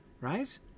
right